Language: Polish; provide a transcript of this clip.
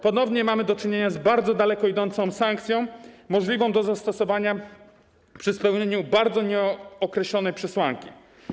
Ponownie mamy do czynienia z bardzo daleko idącą sankcją możliwą do zastosowania przy spełnieniu bardzo nieokreślonej przesłanki.